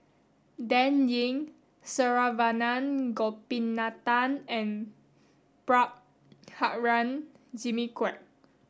Dan Ying Saravanan Gopinathan and Prabhakara Jimmy Quek